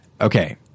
okay